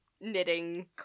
knitting